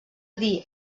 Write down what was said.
dir